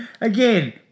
again